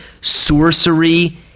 sorcery